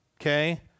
Okay